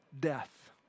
death